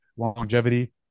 longevity